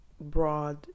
broad